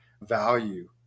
value